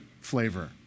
flavor